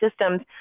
systems